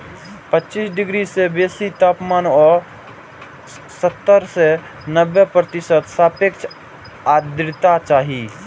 पच्चीस डिग्री सं बेसी तापमान आ सत्तर सं नब्बे प्रतिशत सापेक्ष आर्द्रता चाही